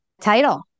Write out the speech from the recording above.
title